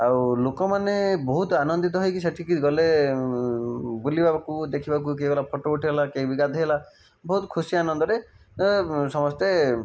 ଆଉ ଲୋକମାନେ ବହୁତ ଆନନ୍ଦିତ ହୋଇକି ସେଠିକି ଗଲେ ବୁଲିବାକୁ ଦେଖିବାକୁ କିଏ ଗଲା ଫଟୋ ଉଠାଇଲା କିଏ ବି ଗାଧେଇଲା ବହୁତ ଖୁସି ଆନନ୍ଦରେ ସମସ୍ତେ